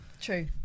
True